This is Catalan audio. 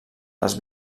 les